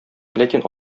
ләкин